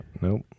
nope